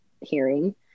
hearing